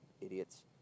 idiots